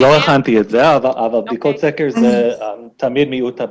לא הכנתי את זה אבל בדיקות סקר זה תמיד מיעוט הבדיקות,